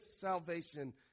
salvation